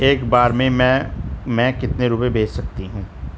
एक बार में मैं कितने रुपये भेज सकती हूँ?